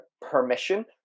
permission